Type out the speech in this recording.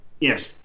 Yes